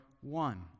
one